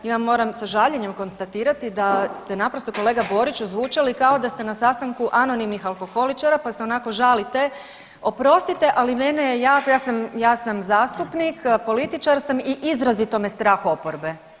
I ja moram sa žaljenjem konstatirati da ste naprosto kolega Boriću zvučali kao da ste na sastanku anonimnih alkoholičara pa se onako žalite, oprostite ali mene je jako, ja sam zastupnik, političar sam i izrazito me strah oporbe.